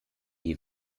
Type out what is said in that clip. die